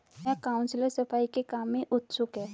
नया काउंसलर सफाई के काम में उत्सुक है